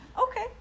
okay